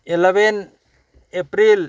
eleven April